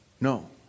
No